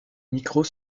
micros